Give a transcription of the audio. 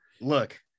Look